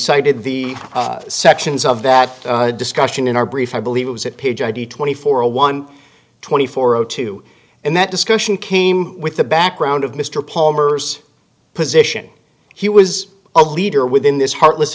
cited the sections of that discussion in our brief i believe it was at page id twenty four a one twenty four zero two and that discussion came with the background of mr palmer's position he was a leader within this heartless